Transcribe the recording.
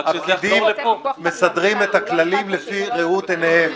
הפקידים מסדרים את הכללים לפי ראות עיניהם,